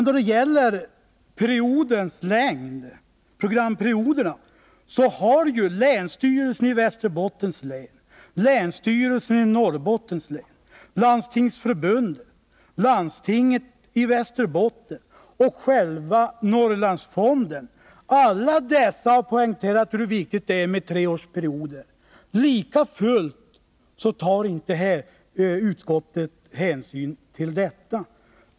Då det gäller programperioderna har ju länsstyrelserna i Västerbottens län och i Norrbottens län, Landstingsförbundet, landstinget i Västerbotten och själva Norrlandsfonden poängterat hur viktigt det är med treårsperioder. Likafullt tar inte utskottet hänsyn till detta.